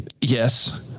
yes